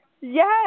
Yes